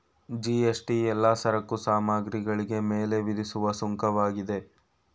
GST ಎಲ್ಲಾ ಸರಕು ಸಾಮಗ್ರಿಗಳಿಗೆ ಮೇಲೆ ವಿಧಿಸುವ ಸುಂಕವಾಗಿದೆ